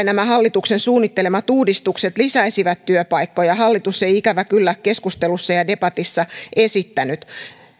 nämä hallituksen suunnittelemat uudistukset lisäisivät työpaikkoja hallitus ei ikävä kyllä keskustelussa ja debatissa esittänyt